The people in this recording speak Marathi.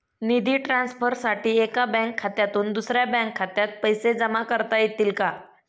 निधी ट्रान्सफरसाठी एका बँक खात्यातून दुसऱ्या बँक खात्यात पैसे जमा करता येतील का?